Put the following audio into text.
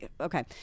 Okay